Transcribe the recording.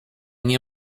nie